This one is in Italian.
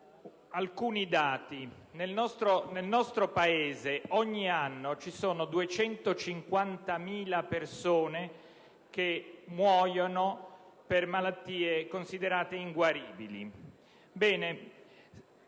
alcuni dati del nostro Paese. Ogni anno ci sono 250.000 persone che muoiono per malattie considerate inguaribili.